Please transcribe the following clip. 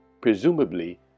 presumably